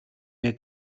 mir